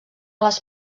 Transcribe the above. les